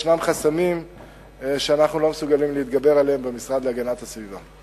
יש חסמים שאנחנו לא מסוגלים להתגבר עליהם במשרד להגנת הסביבה.